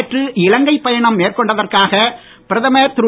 நேற்று இலங்கை பயணம் மேற்கொண்டதற்காக பிரதமர் திரு